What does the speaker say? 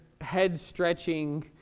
head-stretching